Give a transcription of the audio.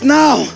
now